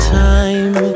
time